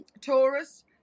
Taurus